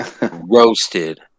roasted